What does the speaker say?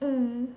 mm